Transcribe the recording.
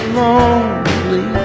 lonely